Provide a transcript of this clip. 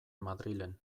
madrilen